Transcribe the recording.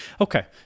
Okay